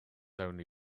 only